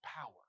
power